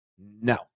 No